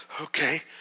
Okay